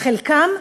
חלקם,